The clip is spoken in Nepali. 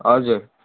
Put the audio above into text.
हजुर